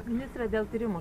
ministre dėl tyrimų